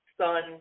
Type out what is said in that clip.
son